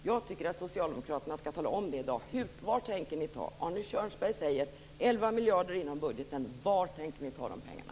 Jag tycker att socialdemokraterna skall tala om det här i dag. Var tänker ni ta det här? Arne Körnsberg säger: 11 miljarder inom budgeten. Var tänker ni ta de pengarna?